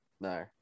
No